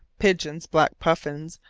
pigeons, black puffins,